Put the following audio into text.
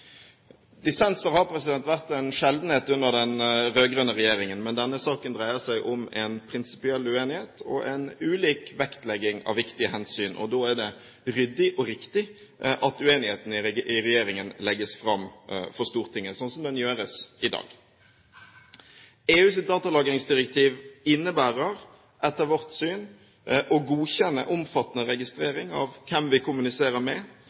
Dissenser har vært en sjeldenhet under den rød-grønne regjeringen, men denne saken dreier seg om en prinsipiell uenighet og en ulik vektlegging av viktige hensyn. Da er det ryddig og riktig at uenigheten i regjeringen legges fram for Stortinget, sånn som den gjøres i dag. EUs datalagringsdirektiv innebærer etter vårt syn å godkjenne omfattende registrering av hvem vi kommuniserer med,